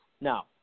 Now